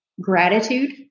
gratitude